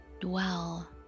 dwell